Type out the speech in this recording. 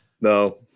No